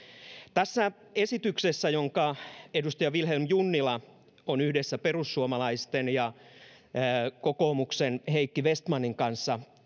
tässä esityksessä jonka edustaja vilhelm junnila on yhdessä perussuomalaisten ja kokoomuksen heikki vestmanin kanssa